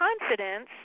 confidence